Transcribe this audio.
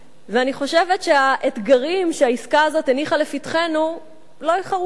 אני חושבת שהאתגרים שהעסקה הזאת הניחה לפתחנו לא איחרו להגיע: